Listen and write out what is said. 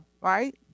right